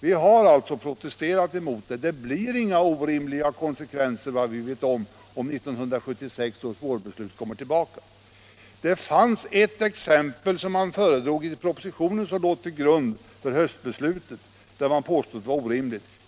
Vi har protesterat mot sådana påståenden. Det blir inga orimliga konsekvenser, vad vi vet, om bestämmelserna enligt 1976 års vårbeslut kommer tillbaka. I propositionen fanns ett exempel som låg till grund för höstbeslutet och som påstods vara orimligt.